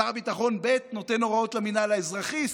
שר הביטחון ב' נותן הוראות למינהל האזרחי,